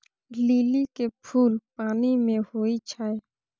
लिली के फुल पानि मे होई छै